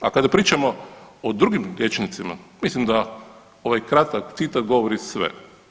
A kada pričamo o drugim liječnicima mislim da ovaj kratak citat govori svi.